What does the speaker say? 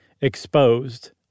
exposed